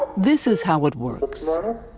this is how it works.